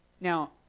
Now